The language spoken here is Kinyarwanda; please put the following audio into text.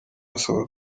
asabwa